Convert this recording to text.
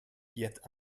yet